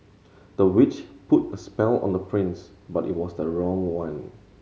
the witch put a spell on the prince but it was the wrong one